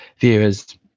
viewers